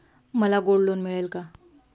मला gold loan मिळेल का?